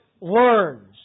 learns